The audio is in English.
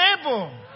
able